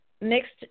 mixed